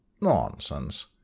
Nonsense